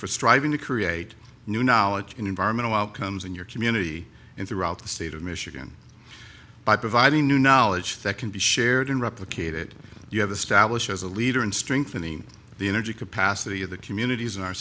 for striving to create new knowledge and environmental outcomes in your community and throughout the state of michigan by providing new knowledge that can be shared in replicated you have a stablish as a leader in strengthening the energy capacity of the communities in our